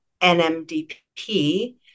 nmdp